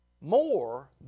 more